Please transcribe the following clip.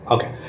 Okay